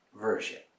version